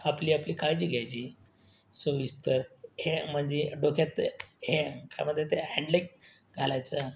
आपली आपली काळजी घ्यायची सविस्तर हे म्हणजे डोक्यात हे काय म्हणतात ते हॅन्डलेक घालायचं